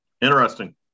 Interesting